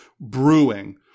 brewing